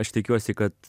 aš tikiuosi kad